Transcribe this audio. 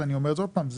אבל אני אומר עוד פעם,